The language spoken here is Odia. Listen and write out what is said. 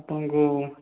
ଆପଣଙ୍କୁ